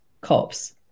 cops